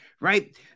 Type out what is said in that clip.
right